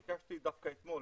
ביקשתי דווקא אתמול